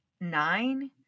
Nine